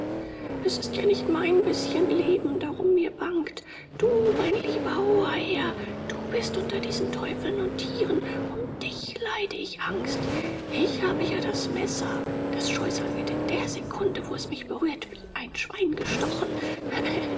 es ist ja nicht mein bißchen leben darum mir bangt du mein lieber hoher herr du bist unter diesen teufeln und tieren um dich leide ich angst ich habe ja das messer das scheusal wird in der sekunde wo es mich berührt wie ein schwein gestochen